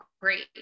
great